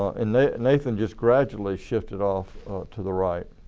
and nathan just gradually shifted off to the right.